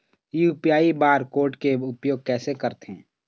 UPI barcode के उपयोग कैसे करथें?